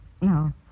no